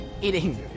eating